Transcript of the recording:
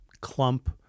clump